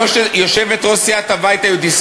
יושבת-ראש סיעת הבית היהודי,